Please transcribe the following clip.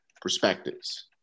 perspectives